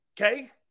Okay